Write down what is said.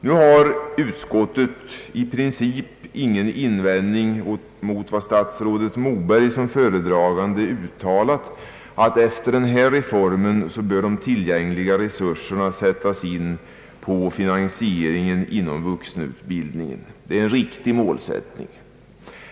Nu har utskottet i princip ingen invändning mot vad statsrådet Moberg som föredragande i ärendet uttalat, nämligen att efter denna reform bör tillgängliga resurser sättas in på finansieringsåtgärder inom vuxenutbildningen. Detta är en riktig målsättning.